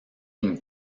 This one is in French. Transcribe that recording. une